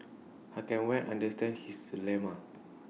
I can well understand his dilemma